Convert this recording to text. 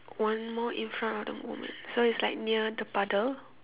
one more in front of the woman so it's like near the puddle